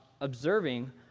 observing